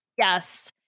Yes